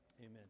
amen